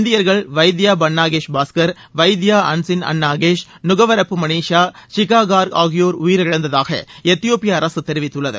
இந்தியர்கள் வைத்தியா பன்நாகேஷ் பாஸ்கர் வைத்தியா அன்சின் அன்நாகேஷ் நுகவரப்பு மனீசா சிக்காகார்க் ஆகியோர் உயிரிழந்ததாக எத்தியோபிய அரசு தெரிவித்துள்ளது